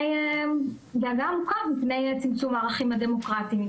דאגה עמוקה מפני צמצום הערכים הדמוקרטיים,